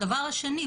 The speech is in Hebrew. הדבר השני,